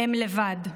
הם לבד.